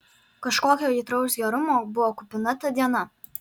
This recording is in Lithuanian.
kažkokio aitraus gerumo buvo kupina ta diena